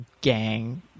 gang